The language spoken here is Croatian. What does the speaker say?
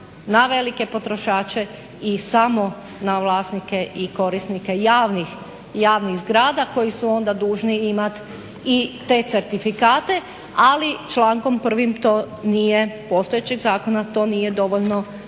na velike potrošače i samo na vlasnike i korisnike javnih zgrada koji su onda dužni imati i te certifikate. Ali člankom 1. to nije, postojećeg zakona to nije dovoljno